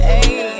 Hey